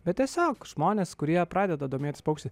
bet tiesiog žmonės kurie pradeda domėtis paukščiais